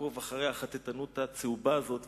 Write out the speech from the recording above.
לעקוב אחרי החטטנות הצהובה הזאת,